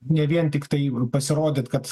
ne vien tiktai pasirodyt kad